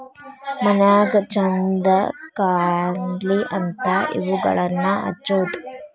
ಮನ್ಯಾಗ ಚಂದ ಕಾನ್ಲಿ ಅಂತಾ ಇವುಗಳನ್ನಾ ಹಚ್ಚುದ